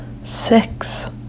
Six